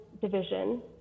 division